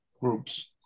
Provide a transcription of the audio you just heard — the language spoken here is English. groups